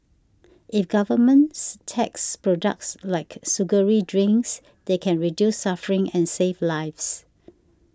if governments tax products like sugary drinks they can reduce suffering and save lives